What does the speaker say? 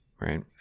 right